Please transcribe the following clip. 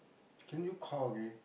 can you call again